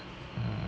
mm